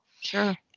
Sure